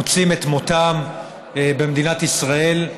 מוצאים את מותם במדינת ישראל,